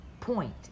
point